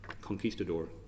conquistador